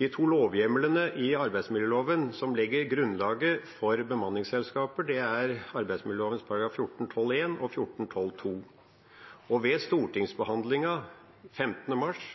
De to lovhjemlene i arbeidsmiljøloven som legger grunnlaget for bemanningsselskaper, er §§ 14-12 første ledd og 14-12 andre ledd. Ved stortingsbehandlingen 15. mars